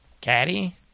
Caddy